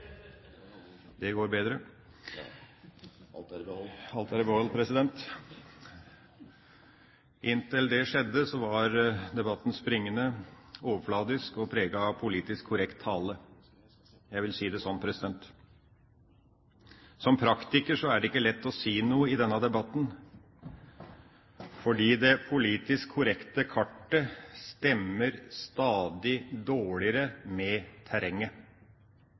springende, overfladisk og preget av politisk korrekt tale – jeg vil si det sånn. Som praktiker er det ikke lett å si noe i denne debatten, fordi det politisk korrekte kartet stemmer stadig dårligere med terrenget.